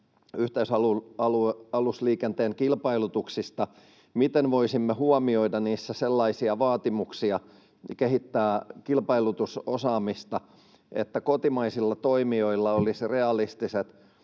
yhteisalusliikenteen kilpailutuksista. Miten voisimme huomioida niissä sellaisia vaatimuksia kehittää kilpailutusosaamista, että kotimaisilla toimijoilla olisi realistiset